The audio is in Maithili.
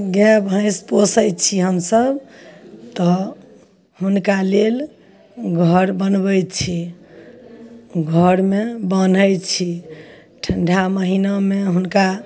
गाय भैंस पोसय छी हमसब तऽ हुनका लेल घर बनबय छी घरमे बन्हय छी ठण्डा महिनामे हुनका